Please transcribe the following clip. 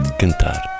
cantar